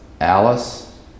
Alice